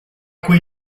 quei